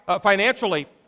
financially